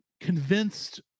convinced